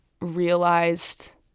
realized